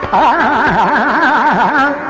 aa